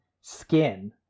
skin